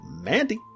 Mandy